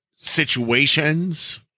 situations